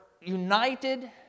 united